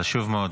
חשוב מאוד.